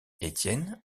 étienne